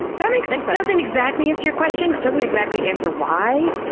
that makes sense. it doesn't exactly answer your question. it doesn't exactly answer why.